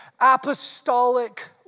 apostolic